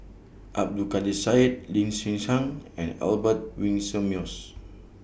Abdul Kadir Syed Lee Hsien Yang and Albert Winsemius